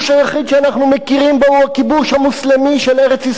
המוסלמי של ארץ-ישראל שהתחיל לפני 1,300 שנה,